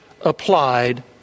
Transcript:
applied